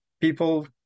people